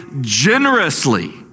generously